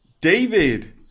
David